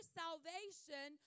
salvation